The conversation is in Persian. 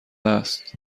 است